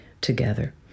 together